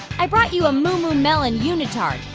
i brought you a mumumelon unitard.